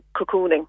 cocooning